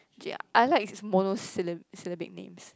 I like mono sylla~ syllabic names